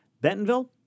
Bentonville